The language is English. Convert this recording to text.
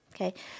Okay